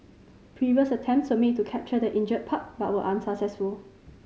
previous attempts were made to capture the injured pup but were unsuccessful